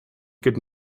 could